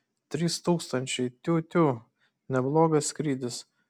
trys tūkstančiai tiū tiū neblogas skrydis